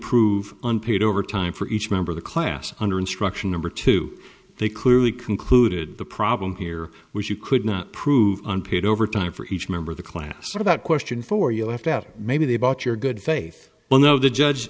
prove unpaid overtime for each member of the class under instruction number two they clearly concluded the problem here was you could not prove unpaid overtime for each member of the class about question for you left out maybe the about your good faith well no the judge